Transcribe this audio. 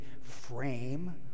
frame